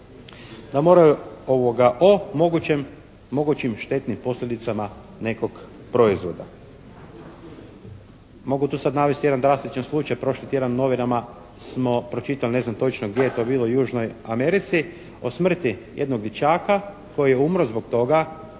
da moraju o mogućim štetnim posljedicama nekog proizvoda. Mogu tu sad navesti jedan drastičan slučaj. Prošli tjedan u novinama smo pročitali, ne znam točno gdje je to bilo u Južnoj Americi o smrti jednog dječaka koji je umro zbog toga